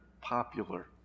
popular